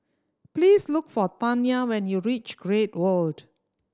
please look for Tanya when you reach Great World